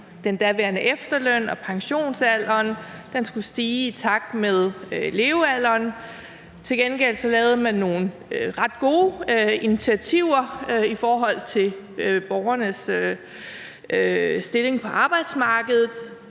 den daværende efterløns- og pensionsalder skulle stige i takt med levealderen, og til gengæld lavede man nogle ret gode initiativer i forhold til borgernes stilling på arbejdsmarkedet.